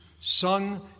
sung